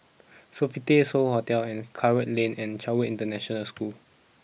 Sofitel So Hotel and Karikal Lane and Chatsworth International School